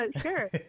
Sure